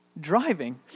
driving